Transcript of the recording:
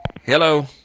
Hello